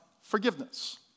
forgiveness